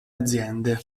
aziende